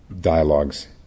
dialogues